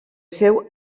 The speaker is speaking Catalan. seu